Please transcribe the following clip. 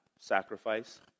sacrifice